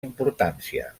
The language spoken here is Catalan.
importància